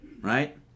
right